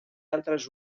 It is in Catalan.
altres